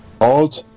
odd